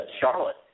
Charlotte